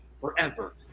forever